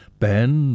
ben